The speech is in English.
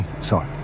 sorry